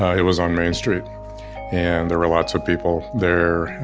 yeah it was on main street and there were lots of people there.